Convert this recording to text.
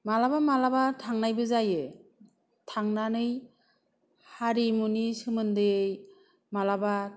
मालाबा मालाबा थांनायबो जायो थांनानै हारिमुनि सोमोन्दै मालाबा